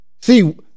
See